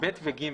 (ב) ו-(ג).